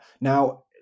Now